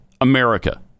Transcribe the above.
America